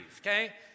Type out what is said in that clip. okay